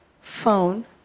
phone